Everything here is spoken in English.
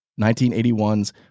1981's